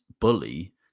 bully